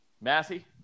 Massey